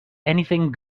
anything